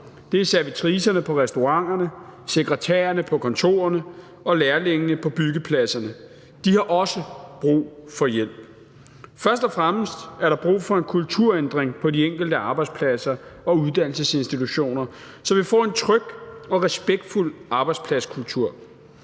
Det er servitricerne på restauranterne, sekretærerne på kontorerne og lærlingene på byggepladserne. De har også brug for hjælp. Først og fremmest er der brug for en kulturændring på de enkelte arbejdspladser og uddannelsesinstitutioner, så vi får en tryg og respektfuld arbejdspladskultur.